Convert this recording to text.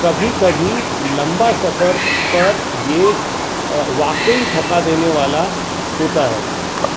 کبھی کبھی لمبا سفر پر یہ واقعی تھکا دینے والا ہوتا ہے